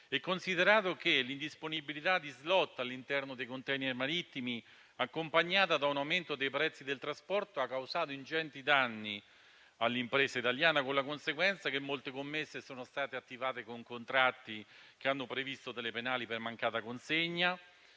considerato che l'indisponibilità di *slot* all'interno dei *container* marittimi, accompagnata da un aumento dei prezzi del trasporto, ha causato ingenti danni all'impresa italiana, con la conseguenza che molte commesse sono state attivate con contratti che hanno previsto delle penali per mancata consegna